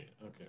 Okay